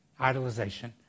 Idolization